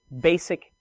basic